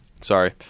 Sorry